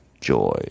joy